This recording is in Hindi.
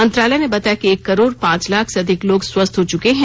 मंत्रालय ने बताया कि एक करोड पांच लाख से अधिक लोग स्वस्थ हो चुके हैं